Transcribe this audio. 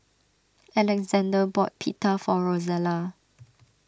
Alexander bought Pita for Rosella